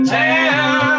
town